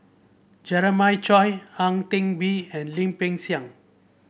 Jeremiah Choy Ang Teck Bee and Lim Peng Siang